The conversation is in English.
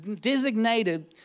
designated